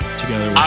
together